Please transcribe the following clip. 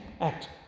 act